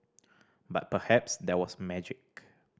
but perhaps there was magic